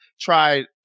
tried